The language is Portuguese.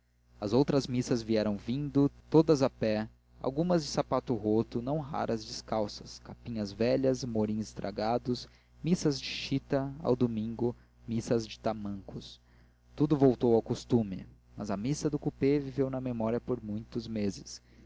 as outras missas vieram vindo todas a pé algumas de sapato roto não raras descalças capinhas velhas morins estragados missas de chita ao domingo missas de tamancos tudo voltou ao costume mas a missa do coupé viveu na memória por muitos meses